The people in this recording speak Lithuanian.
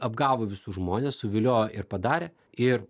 apgavo visus žmones suviliojo ir padarė ir